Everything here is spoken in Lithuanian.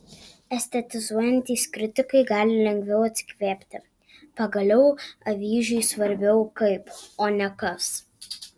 estetizuojantys kritikai gali lengviau atsikvėpti pagaliau avyžiui svarbiau kaip o ne kas